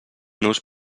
nos